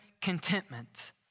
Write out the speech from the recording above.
contentment